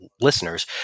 listeners